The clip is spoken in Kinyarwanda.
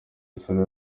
isura